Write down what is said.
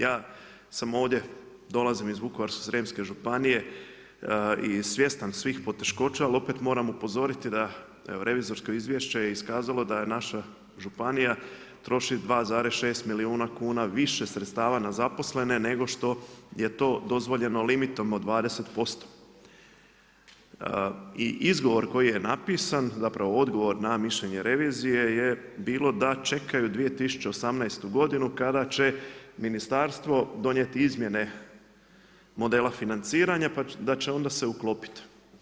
Ja sam ovdje dolazim iz Vukovarsko-srijemske županije i svjestan svih poteškoća, ali opet moram upozoriti da je revizorsko izvješće je iskazalo da naša županija troši 2,6 milijuna kuna više sredstava na zaposlene nego što je to dozvoljeno limitom od 20%. i izgovor koji je napisan, zapravo odgovor na mišljenje revizije je bilo da čekaju 2018. godinu kada će ministarstvo donijeti izmjene modela financiranja pa da će se onda uklopiti.